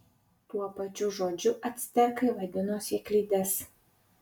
tuo pačiu žodžiu actekai vadino sėklides